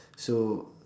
so